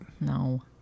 No